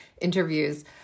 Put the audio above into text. interviews